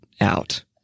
out